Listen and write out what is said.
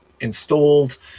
installed